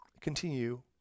continue